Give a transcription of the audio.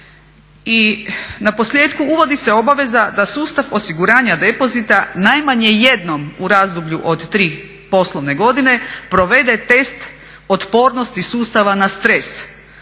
I naposljetku uvodi se obaveza da sustav osiguranja depozita najmanje jednom u razdoblju od tri poslovne godine provede test otpornosti sustava na stres.